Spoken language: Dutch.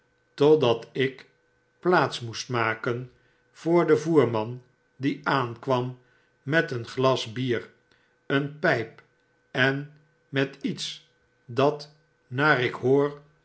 totdat ik plaats mopst maken voor den voerman die aankwam met een glas bier een pijp en met iets dat naar ik hoor